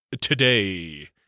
today